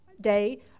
day